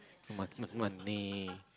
m~ money